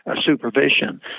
supervision